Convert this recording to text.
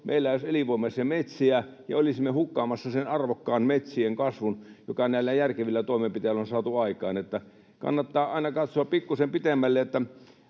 meillä ei olisi elinvoimaisia metsiä ja olisimme hukkaamassa sen arvokkaan metsien kasvun, joka näillä järkevillä toimenpiteillä on saatu aikaan. Eli kannattaa aina katsoa pikkuisen pitemmälle.